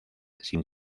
sin